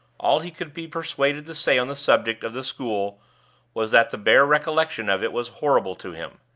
all he could be persuaded to say on the subject of the school was that the bare recollection of it was horrible to him.